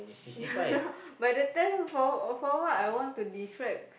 yeah lah by the time for for what I want to describe